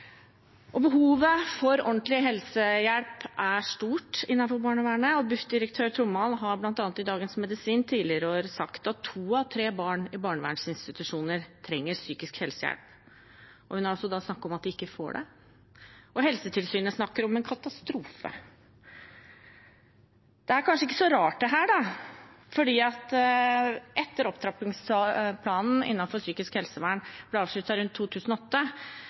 Behovet for ordentlig helsehjelp er stort innenfor barnevernet. Direktøren i Bufdir, Mari Trommald, har bl.a. i Dagens Medisin tidligere i år sagt at to av tre barn i barnevernsinstitusjoner trenger psykisk helsehjelp, og hun har også snakket om at de ikke får det. Helsetilsynet snakker om en katastrofe. Dette er kanskje ikke så rart, for etter at opptrappingsplanen for psykisk helse ble avsluttet rundt 2008,